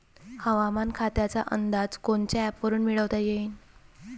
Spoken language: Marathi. हवामान खात्याचा अंदाज कोनच्या ॲपवरुन मिळवता येईन?